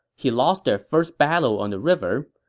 he lost their first battle on the river,